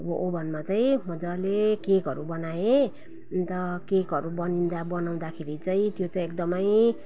अब ओभनमा चाहिँ मजाले केकहरू बनाएँ अन्त केकहरू बनिँदा बनाउँदाखेरि चाहिँ त्यो चाहिँ एकदमै